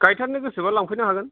गायथारनो गोसोबा लांफैनो हागोन